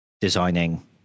designing